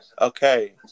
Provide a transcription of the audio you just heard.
Okay